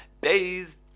days